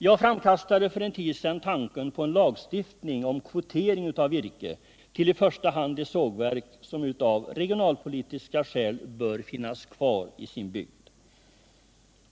Jag framkastade för en tid sedan tanken på en lagstiftning om kvotering av virke till i första hand de sågverk som av regionalpolitiska skäl bör finns kvar i sin bygd.